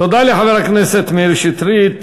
תודה לחבר הכנסת מאיר שטרית.